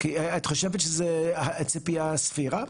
גם האסבסט הרבה פעמים זה יחד עם פסולת בנייה,